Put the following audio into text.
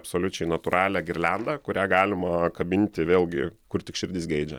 absoliučiai natūralią girliandą kurią galima kabinti vėlgi kur tik širdis geidžia